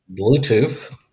Bluetooth